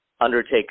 undertake